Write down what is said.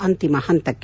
ಅಂತಿಮ ಹಂತಕ್ಕೆ